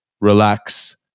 relax